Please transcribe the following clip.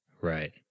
Right